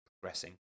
progressing